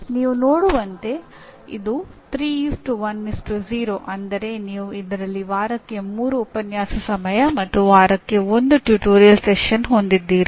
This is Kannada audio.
ನೀವು ನೋಡುವಂತೆ ಇದು 3 1 0 ಅಂದರೆ ನೀವು ಇದರಲ್ಲಿ ವಾರಕ್ಕೆ 3 ಉಪನ್ಯಾಸ ಸಮಯ ಮತ್ತು ವಾರಕ್ಕೆ 1 ಟ್ಯುಟೋರಿಯಲ್ ಸೆಷನ್ ಹೊಂದಿದ್ದೀರಿ